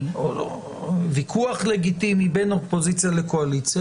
או ויכוח לגיטימי בין אופוזיציה לבין הקואליציה.